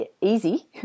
easy